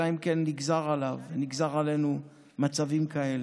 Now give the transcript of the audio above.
אלא אם כן נגזרו עליו ונגזרו עלינו מצבים כאלה.